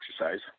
exercise